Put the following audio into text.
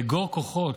לאגור כוחות,